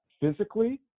physically